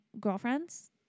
girlfriends